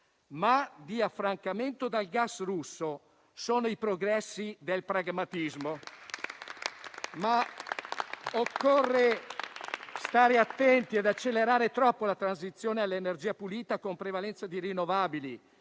ma di affrancamento dal gas russo. Sono i progressi del pragmatismo. Occorre stare attenti ad accelerare troppo la transizione all'energia pulita con prevalenza di rinnovabili;